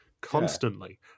Constantly